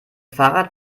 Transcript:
fahrrad